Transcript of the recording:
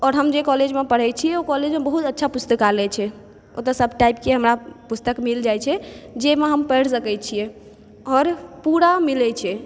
आओर हम जाहि कॉलेजमे पढ़ै छियै ओ कॉलेजमे बहुत अच्छा पुस्तकालय छै ओतय सब टाइपके हमरा पुस्तक मिल जाइ छै जाहिमे हम पढ़ि सकै छियै आओर पूरा मिलै छै